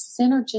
synergistic